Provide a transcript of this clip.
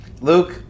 Luke